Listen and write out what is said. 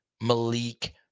Malik